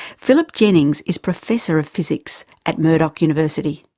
philip jennings is professor of physics at murdoch university.